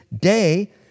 day